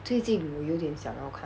最近我有点想要看